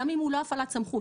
גם אם הוא לא הפעלת סמכות,